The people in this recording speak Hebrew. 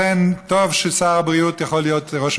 טוב שראש הממשלה יכול להיות שר הבריאות